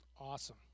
Awesome